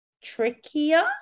trickier